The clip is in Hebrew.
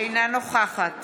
אינה נוכחת